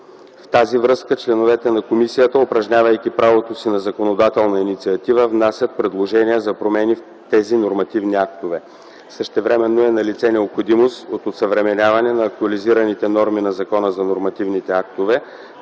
В тази връзка членовете на комисията, упражнявайки правото си на законодателна инициатива, внасят предложения за промени в тези нормативни актове. - Същевременно е налице необходимост от осъвременяване и актуализиране нормите на Закона за нормативните актове.